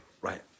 right